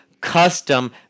custom